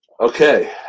Okay